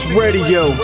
radio